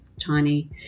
tiny